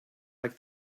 like